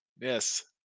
Yes